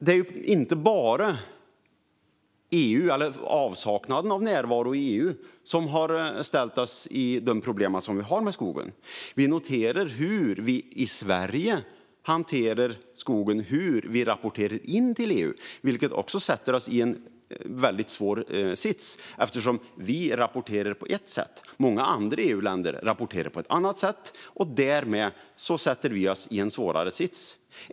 Det är inte bara avsaknad av närvaro i EU som har gett oss de problem som finns med skogen. Vi noterar hur vi i Sverige hanterar skogen och hur vi rapporterar in till EU. Det sätter oss i en svår sits. Vi rapporterar på ett sätt, men många andra EU-länder rapporterar på ett annat sätt. Därmed sätter vi oss i en svårare sits.